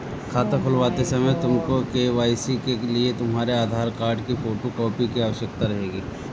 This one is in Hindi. खाता खुलवाते समय तुमको के.वाई.सी के लिए तुम्हारे आधार कार्ड की फोटो कॉपी की आवश्यकता रहेगी